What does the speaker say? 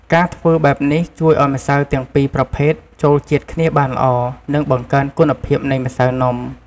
ការធ្វើបែបនេះជួយឱ្យម្សៅទាំងពីរប្រភេទចូលជាតិគ្នាបានល្អ និងបង្កើនគុណភាពនៃម្សៅនំ។